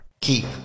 Keep